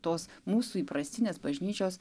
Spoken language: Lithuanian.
tos mūsų įprastinės bažnyčios